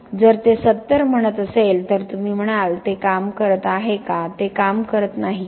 जर ते 70 म्हणत असेल तर तुम्ही म्हणाल ते काम करत आहे का ते काम करत नाही का